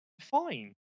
fine